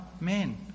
men